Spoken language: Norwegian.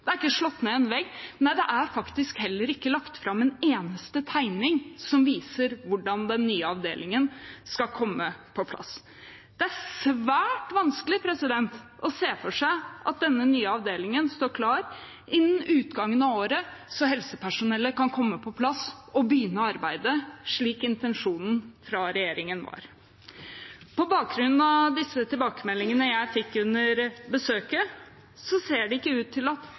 det er ikke slått ned en vegg, det er faktisk heller ikke lagt fram en eneste tegning som viser hvordan den nye avdelingen skal komme på plass. Det er svært vanskelig å se for seg at denne nye avdelingen står klar innen utgangen av året, så helsepersonellet kan komme på plass og begynne arbeidet, slik intensjonen fra regjeringen var. På bakgrunn av tilbakemeldingene jeg fikk under besøket, ser det ikke ut til at noe av arbeidet med den nye avdelingen er i gang. Med tanke på at